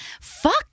fuck